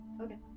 Okay